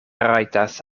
rajtas